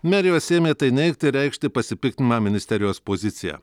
merijos ėmė tai neigti reikšti pasipiktinimą ministerijos pozicija